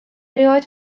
erioed